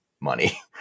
money